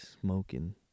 smoking